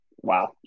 wow